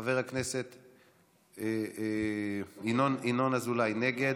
חבר הכנסת ינון אזולאי, נגד,